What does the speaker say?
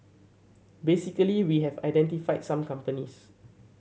basically we have identified some companies